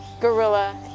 gorilla